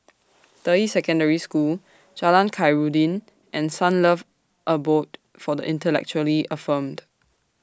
Deyi Secondary School Jalan Khairuddin and Sunlove Abode For The Intellectually Infirmed